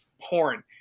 Porn